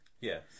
Yes